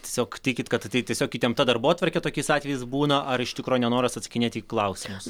tiesiog tikit kad tai tiesiog įtempta darbotvarkė tokiais atvejais būna ar iš tikro nenoras atsakinėti į klausimą